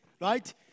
right